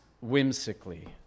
whimsically